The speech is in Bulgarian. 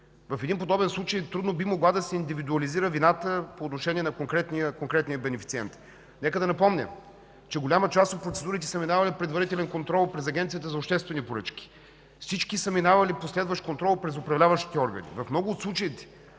В подобен случай трудно би могла да се индивидуализира вината по отношение на конкретния бенефициент. Нека да напомня, че голяма част от процедурите са минавали предварителен контрол през Агенцията за обществени поръчки, всички са минавали последващ контрол през управляващите органи. В много от случаите